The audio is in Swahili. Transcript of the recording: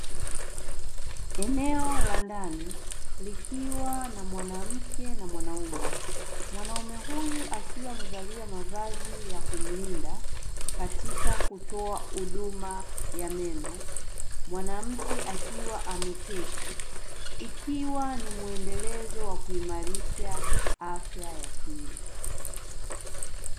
Eneo la ndani likiwa na mwanamke na mwanaume. Mwanaume huyu akiwa amevalia mavazi ya kumlinda katika kutoa huduma ya meno, mwanamke akiwa ameketi. Ikiwa ni mwendelezo wa kuimarisha afya ya kinywa.